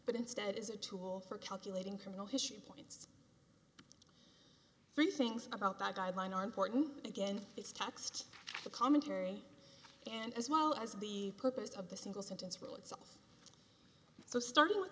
but instead is a tool for calculating criminal history points three things about five guideline are important again it's taxed the commentary and as well as the purpose of the single sentence rule itself so starting with